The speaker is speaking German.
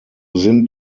sind